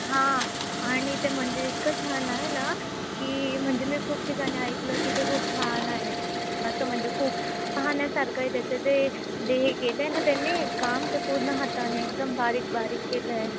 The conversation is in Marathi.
हां आणि ते मंदिर इतकं छान आहे ना की म्हणजे मी खूप ठिकाणी ऐकलं की ते खूप छान आहे असं म्हणजे खूप पाहण्यासारखं आहे त्याचं जे ते हे केलं आहे ना त्यांनी काम ते पूर्ण हाताने एकदम बारीक बारीक केलं आहे